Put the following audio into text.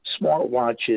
smartwatches